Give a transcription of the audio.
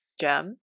gem